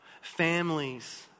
families